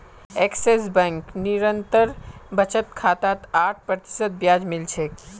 axis Bank निरंतर बचत खातात आठ प्रतिशत ब्याज मिल छेक